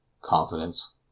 confidence